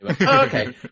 Okay